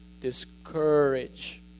discourage